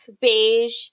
beige